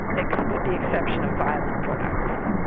like with the exception of violent pornography.